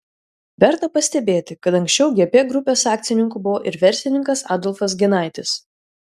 verta pastebėti kad anksčiau gp grupės akcininku buvo ir verslininkas adolfas ginaitis